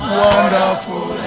wonderful